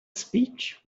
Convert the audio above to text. speech